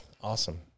Awesome